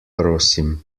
prosim